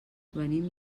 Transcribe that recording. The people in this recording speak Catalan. venim